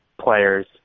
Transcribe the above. players